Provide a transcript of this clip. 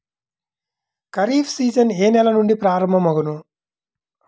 Kharif season ఏ నెల నుండి ప్రారంభం అగును?